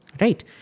Right